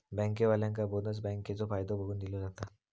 बँकेवाल्यांका बोनस बँकेचो फायदो बघून दिलो जाता